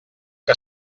que